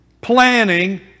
planning